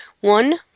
One